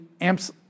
amps